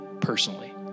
personally